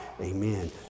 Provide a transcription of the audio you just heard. Amen